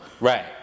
Right